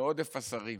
מעודף השרים.